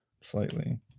Slightly